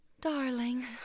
darling